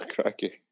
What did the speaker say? cracky